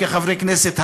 כחברי כנסת,